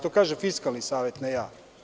To kaže Fiskalni savet, a ne ja.